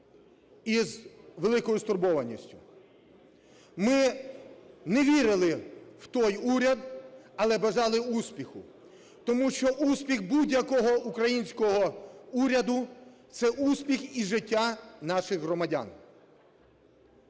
та з великою стурбованістю. Ми не вірили в той уряд, але бажали успіху, тому що успіх будь-якого українського уряду – це успіх і життя наших громадян.